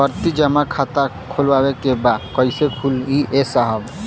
आवर्ती जमा खाता खोलवावे के बा कईसे खुली ए साहब?